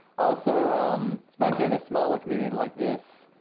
also especially in a smaller community like this,